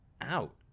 out